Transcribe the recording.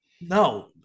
No